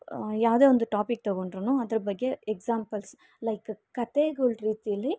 ಯಾವುದೆ ಒಂದು ಟಾಪಿಕ್ ತಗೊಂಡ್ರು ಅದ್ರ ಬಗ್ಗೆ ಎಕ್ಸಾಂಪಲ್ಸ್ ಲೈಕ್ ಕತೆಗಳ್ ರೀತಿಯಲ್ಲಿ